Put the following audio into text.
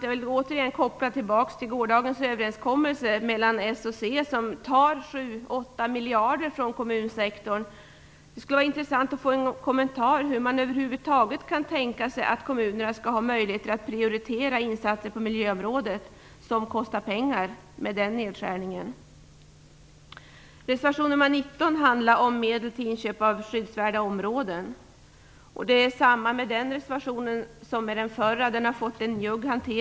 Jag vill återigen koppla tillbaka till gårdagens överenskommelse mellan Socialdemokraterna och Centern, för det är intressant att notera att de tar sju åtta miljarder från kommunsektorn. Det skulle vara intressant att få en kommentar till hur man över huvud taget kan tänka sig att kommunerna med den nedskärningen skall ha möjligheter att prioritera insatser på miljöområdet som kostar pengar. Reservation nr 19 handlar om medel till inköp av skyddsvärda områden. Det är samma sak med den reservationen som med den förra, den har fått en njugg hantering.